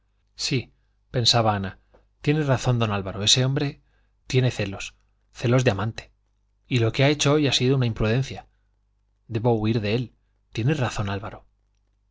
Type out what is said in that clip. sí pensaba ana tiene razón don álvaro ese hombre tiene celos celos de amante y lo que ha hecho hoy ha sido una imprudencia debo huir de él tiene razón álvaro